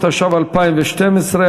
התשע"ב 2012,